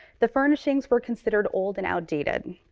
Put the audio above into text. the furnishings were considered old and outdated.